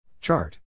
Chart